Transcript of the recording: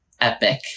epic